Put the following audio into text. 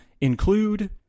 include